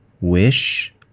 wish